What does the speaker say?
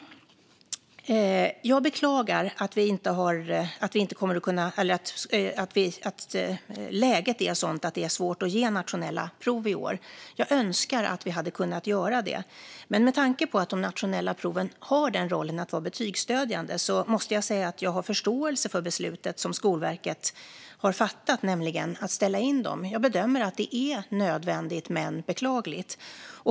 Jag beklagar att läget är sådant att det är svårt att ge nationella prov i år. Jag önskar att vi hade kunnat göra det. Men med tanke på att de nationella proven har rollen att vara betygsstödjande har jag förståelse för Skolverkets beslut att ställa in dem. Jag bedömer att det är nödvändigt men beklagligt.